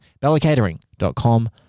bellacatering.com